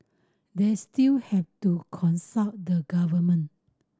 they still have to consult the government